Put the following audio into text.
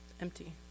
empty